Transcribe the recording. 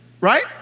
Right